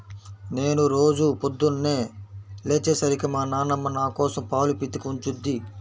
నేను రోజూ పొద్దన్నే లేచే సరికి మా నాన్నమ్మ నాకోసం పాలు పితికి ఉంచుద్ది